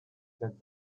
that